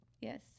Yes